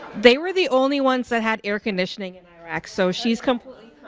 they were the only ones that had air conditioning in iraq. so she's completely